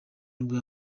nibwo